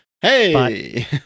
Hey